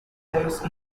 those